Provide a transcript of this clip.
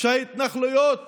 שההתנחלויות